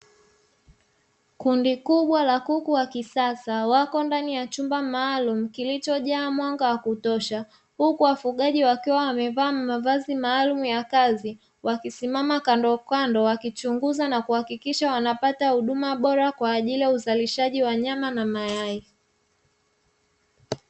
Kundi kubwa la kuku wa kisasa wako ndani ya chumba maalumu, kilichojaa mwanga wa kutosha huku wafugaji wakiwa wamevaa mavazi maalumu ya kazi, wakisimama kando kando wakichunuza na kuhakikisha wanapata huduma bora kwa ajili ya uzalishaji wa nyama na mayai.